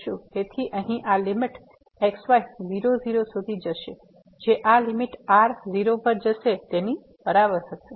તેથી અહીં આ લીમીટx y 00 સુધી જશે જે આ લીમીટ r 0 પર જશે તેના બરાબર હશે